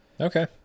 Okay